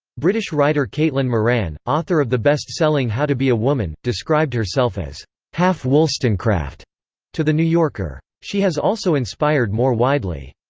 british writer caitlin moran, author of the best-selling how to be a woman, described herself as half wollstonecraft to the new yorker. she has also inspired more widely.